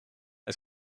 est